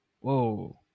whoa